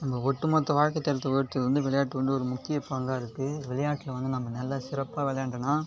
நம்ம ஒட்டு மொத்த வாழ்கை தரத்தை உயர்த்துவதில் வந்து விளையாட்டு வந்து ஒரு முக்கிய பங்காக இருக்குது விளையாட்டில் வந்து நம்ம நல்லா சிறப்பாக விளையாண்டோம்னா